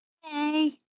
Hey